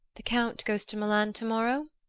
the count goes to milan to-morrow?